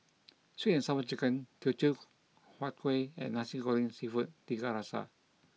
Sweet and Sour Chicken Teochew Huat Kueh and Nasi Goreng Seafood Tiga Rasa